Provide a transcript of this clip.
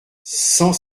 cent